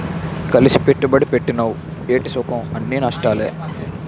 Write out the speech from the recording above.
కలిసి పెట్టుబడి పెట్టినవ్ ఏటి సుఖంఅన్నీ నష్టాలే